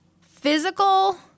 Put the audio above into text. physical